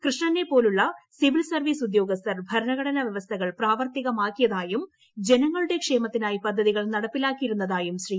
കൃഷ്ണനെപോലുള്ള civil service ഉദ്യോഗസ്ഥർ ഭരണഘടന വൃവ്സ്ഥകൾ പ്രാവർത്തികമാക്കിയതായും ് ജനങ്ങളുടെ ക്ഷേമത്തിനായി പദ്ധതികൾ നടപ്പിലാക്കിയിരുന്നതായിട്ടു ശ്രീ